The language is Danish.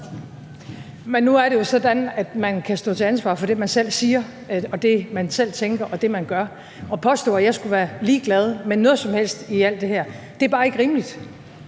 Men nu er det jo sådan, at man kan stå til ansvar for det, man selv siger, det, man selv tænker, og det, man gør. At påstå, at jeg skulle være ligeglad med noget som helst i alt det her, er bare ikke rimeligt.